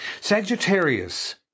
Sagittarius